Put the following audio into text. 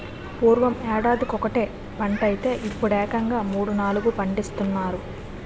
పూర్వం యేడాదికొకటే పంటైతే యిప్పుడేకంగా మూడూ, నాలుగూ పండిస్తున్నారు